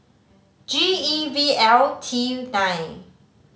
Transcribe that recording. G E V L T nine